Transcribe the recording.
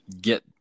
get